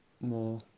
more